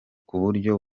buryo